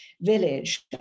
village